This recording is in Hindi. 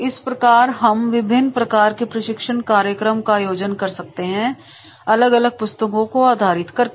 इस प्रकार से हम विभिन्न प्रकार के प्रशिक्षण कार्यक्रम का आयोजन कर सकते हैं अलग अलग पुस्तकों को आधारित करके